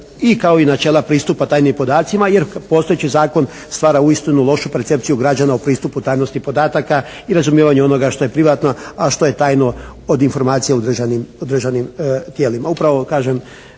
i kao i načela pristupa tajnim podacima jer postojeći zakon stvara uistinu lošu percepciju u pristupu tajnosti podataka i razumijevanju onoga što je privatno, a što je tajno od informacije u državnim tijelima.